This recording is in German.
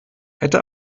hätte